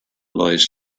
lies